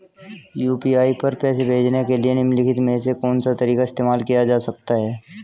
UPI पर पैसे भेजने के लिए निम्नलिखित में से कौन सा तरीका इस्तेमाल किया जा सकता है?